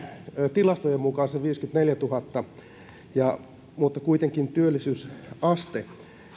tilastojen mukaan sen viisikymmentäneljätuhatta mutta kuitenkin työllisyysaste